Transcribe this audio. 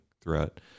throughout